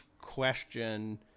question